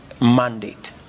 mandate